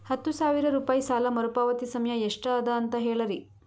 ಹತ್ತು ಸಾವಿರ ರೂಪಾಯಿ ಸಾಲ ಮರುಪಾವತಿ ಸಮಯ ಎಷ್ಟ ಅದ ಅಂತ ಹೇಳರಿ?